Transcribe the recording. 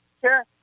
Sure